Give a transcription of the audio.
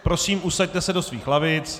Prosím, usaďte se do svých lavic.